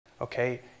okay